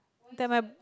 that my